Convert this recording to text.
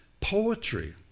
Poetry